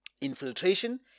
Infiltration